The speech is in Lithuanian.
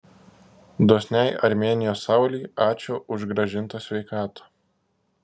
dosniai armėnijos saulei ačiū už grąžintą sveikatą